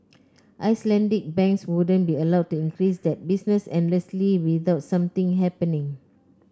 Icelandic banks wouldn't be allowed to increase that business endlessly without something happening